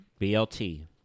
BLT